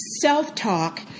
self-talk